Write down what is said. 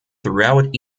throughout